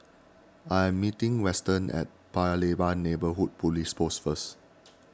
I am meeting Weston at Paya Lebar Neighbourhood Police Post first